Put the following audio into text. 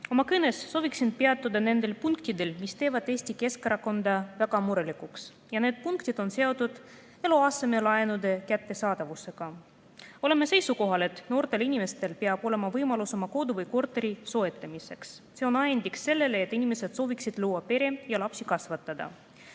Oma kõnes sooviksin peatuda nendel punktidel, mis teevad Eesti Keskerakonda väga murelikuks, ja need punktid on seotud eluasemelaenude kättesaadavusega. Oleme seisukohal, et noortel inimestel peab olema võimalus oma kodu või korteri soetamiseks. See on ajendiks sellele, et inimesed sooviksid luua pere ja lapsi kasvatada.